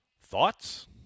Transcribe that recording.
Thoughts